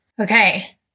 Okay